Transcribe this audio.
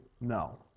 no